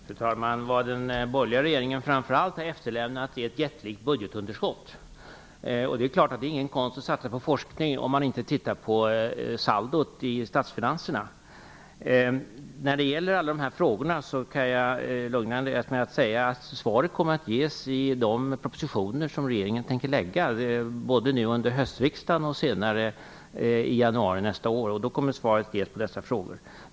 Fru talman! Vad den borgerliga regeringen framför allt har efterlämnat är ett jättelikt budgetunderskott. Det är klart att det inte är någon konst att satsa på forskning om man inte tittar på saldot i statsfinanserna. Jag kan lugna Andreas Carlgren med att säga att svaret på alla dessa frågor kommer att ges i de propositioner som regeringen kommer att lägga fram, både nu under höstriksdagen och senare i januari nästa år. Då kommer svaret att ges på dessa frågor.